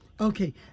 Okay